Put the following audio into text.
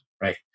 right